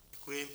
Děkuji.